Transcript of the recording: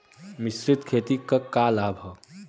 मिश्रित खेती क का लाभ ह?